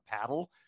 paddle